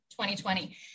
2020